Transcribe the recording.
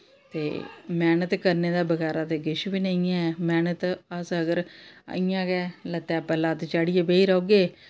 ते मैह्नत करने दे बगैरा ते किश बी नेईं ऐ मैह्नत अस अगर इ'यां गै लत्तै पर लत्त चाढ़ियै बेई रौह्गे